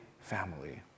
family